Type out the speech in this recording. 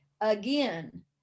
Again